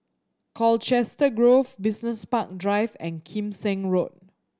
Colchester Grove Business Park Drive and Kim Seng Road